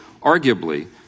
arguably